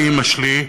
לאימא שלי,